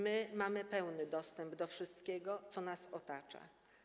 My mamy pełny dostęp do wszystkiego, co nas otacza.